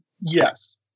Yes